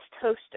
toaster